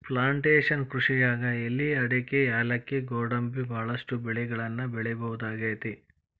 plantation ಕೃಷಿಯಾಗ್ ಎಲಿ ಅಡಕಿ ಯಾಲಕ್ಕಿ ಗ್ವಾಡಂಬಿ ಬಹಳಷ್ಟು ಬೆಳಿಗಳನ್ನ ಬೆಳಿಬಹುದಾಗೇತಿ